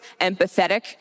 empathetic